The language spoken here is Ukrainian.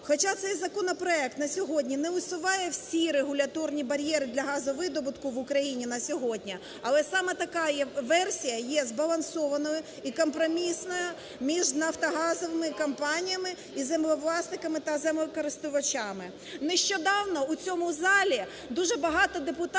Хоча цей законопроект на сьогодні не усуває всі регуляторні бар'єри для газовидобутку в Україні на сьогодні, але саме така версія є збалансованою і компромісною між нафтогазовими компаніями і землевласниками та землекористувачами. Нещодавно у цьому залі дуже багато депутатів